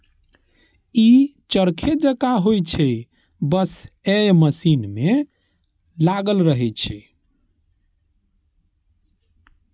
ई चरखे जकां होइ छै, बस अय मे मशीन लागल रहै छै